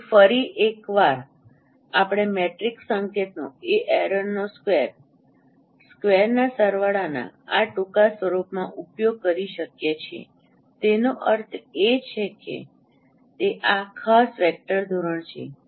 તેથી ફરી એક વાર આપણે મેટ્રિક્સ સંકેતનો એ એરરનો સ્ક્વેર સ્ક્વેરના સરવાળાના આ ટૂંકા સ્વરૂપમાં ઉપયોગ કરી શકીએ છીએ તેનો અર્થ એ કે તે આ ખાસ વેક્ટર ધોરણ છે